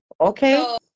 okay